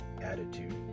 attitude